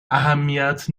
اهمیت